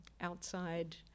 outside